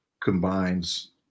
combines